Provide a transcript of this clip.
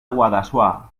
guadassuar